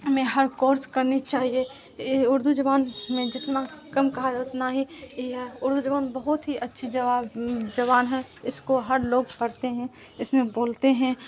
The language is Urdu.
ہمیں ہر کورس کرنی چاہیے اردو زبان میں جتنا کم کہا جتنا ہی یہ ہے اردو زبان بہت ہی اچھی زبان ہے اس کو ہر لوگ پڑھتے ہیں اس میں بولتے ہیں